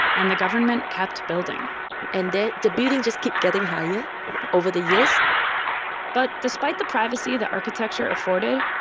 and the government kept building and the the building just keep getting higher over the years but despite the privacy the architecture afforded,